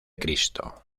cristo